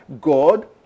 God